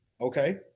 okay